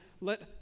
let